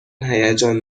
هیجان